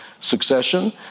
succession